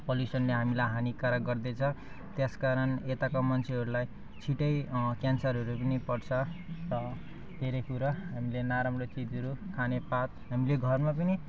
पोल्युसनले हामीलाई हानिकारक गर्दैछ त्यस कारण यताका मान्छेहरूलाई छिट्टै क्यान्सरहरू पनि पर्छ र धेरै कुरा हामीले नराम्रो चिजहरू खाने पात हामीले घरमा पनि